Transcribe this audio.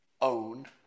owned